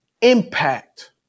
impact